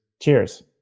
Cheers